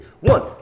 one